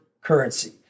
currency